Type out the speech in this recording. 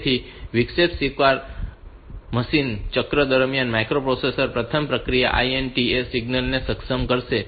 તેથી વિક્ષેપ સ્વીકાર મશીન ચક્ર દરમ્યાન માઇક્રોપ્રોસેસર પ્રથમ સક્રિય INTA સિગ્નલ ને સક્ષમ કરશે